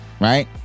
right